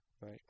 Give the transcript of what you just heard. right